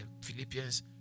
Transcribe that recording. philippians